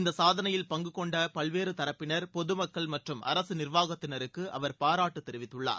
இந்த சாதனையில் பங்கு கொண்ட பல்வேறு தரப்பினர் பொது மக்கள் மற்றும் அரசு நிர்வாகத்தினருக்கு அவர் பாராட்டு தெரிவித்துள்ளார்